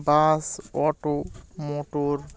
bus auto motor